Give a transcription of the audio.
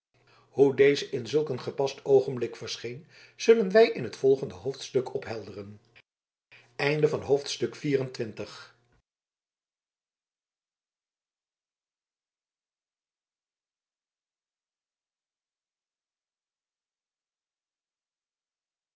hoe deze in zulk een gepast oogenblik verscheen zullen wij in het volgende hoofdstuk ophelderen vijf-en-twintigste